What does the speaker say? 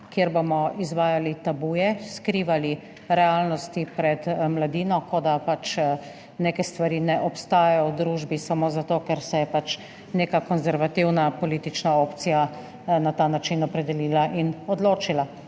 kjer bomo izvajali tabuje, skrivali realnosti pred mladino, kot da pač neke stvari ne obstajajo v družbi samo zato, ker se je pač neka konservativna politična opcija na ta način opredelila in odločila.